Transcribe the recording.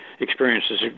experiences